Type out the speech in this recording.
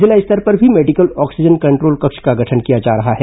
जिला स्तर पर भी मेडिकल ऑक्सीजन कंट्रोल कक्ष का गठन किया जा रहा है